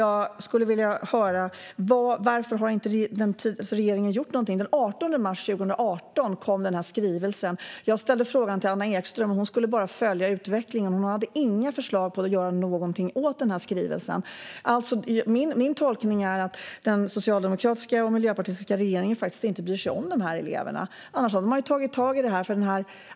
Jag skulle vilja höra varför regeringen inte har gjort någonting. Den 18 mars 2018 kom denna skrivelse. Jag ställde frågan till Anna Ekström. Hon skulle bara följa utvecklingen; hon hade inga förslag på att göra någonting åt denna skrivelse. Min tolkning är att den socialdemokratiska och miljöpartistiska regeringen faktiskt inte bryr sig om dessa elever - annars hade man ju tagit tag i detta.